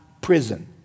prison